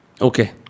Okay